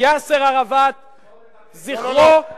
יאסר ערפאת, זכרו,